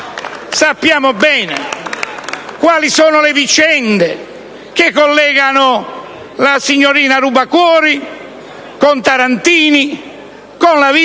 Sappiamo bene quali sono le vicende che collegano la signorina Rubacuori a Tarantini, a Lavitola,